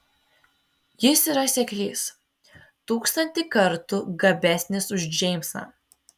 jis yra seklys tūkstantį kartų gabesnis už džeimsą